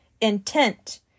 intent